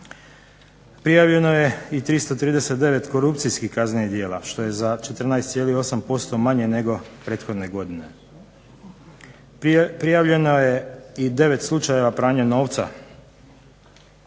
Prijavljeno je i 339 korupcijskih kaznenih djela, što je za 14,8% manje nego prethodne godine. Prijavljeno je i 9 slučajeva pranja novca.